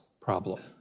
problem